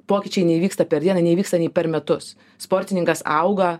pokyčiai neįvyksta per dieną neįvyksta nei per metus sportininkas auga